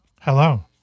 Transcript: Hello